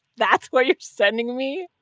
that's where you're sending me?